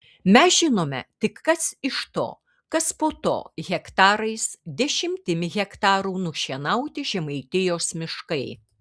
mes žinome tik kas iš to kas po to hektarais dešimtim hektarų nušienauti žemaitijos miškai